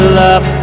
love